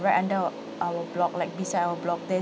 right under our block like beside our block there